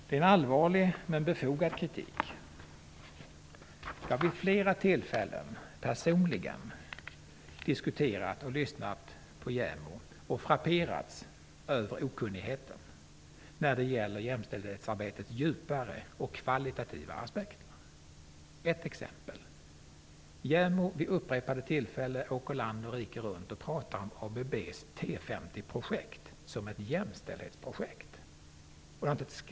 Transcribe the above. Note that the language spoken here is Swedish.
Det är allvarlig men befogad kritik. Jag har vid flera tillfällen personligen diskuterat med och lyssnat på JämO, och jag har frapperats över okunnigheten när det gäller jämställdhetsarbetets djupare och kvalitativa aspekter. Ett exempel: JämO har vid upprepade tillfällen åkt land och rike runt och pratat om Det har inte ett skvatt med jämställdhet att göra!